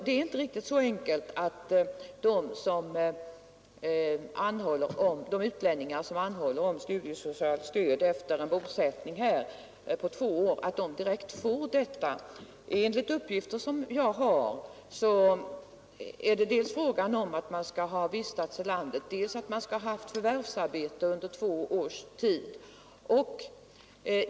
Det är inte riktigt så enkelt att de utlänningar, som efter två års bosättning här anhåller om studiesocialt stöd, direkt får detta. Enligt uppgifter som jag har skall man dels ha vistats i landet, dels ha haft förvärvsarbete under två års tid.